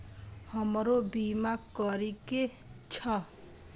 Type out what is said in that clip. हमरो बीमा करीके छः?